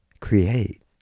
create